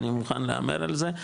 אני מוכן להמר על זה,